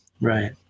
Right